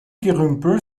gerümpel